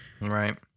Right